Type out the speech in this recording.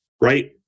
right